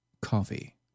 coffee